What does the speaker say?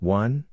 one